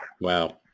Wow